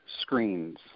screens